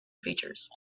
features